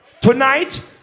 tonight